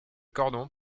cordon